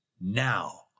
now